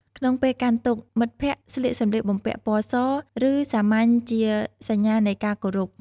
ក្នុងពេលកាន់ទុក្ខ មិត្តភក្តិស្លៀកសម្លៀកបំពាក់ពណ៌ស ឬសាមញ្ញជាសញ្ញានៃការគោរព។